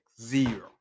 zero